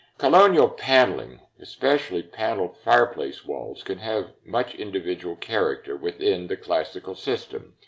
colonial paneling, especially paneled fireplace walls, can have much individual character within the classical system.